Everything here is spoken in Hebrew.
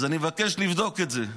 אז אני מבקש לבדוק את זה.